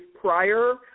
prior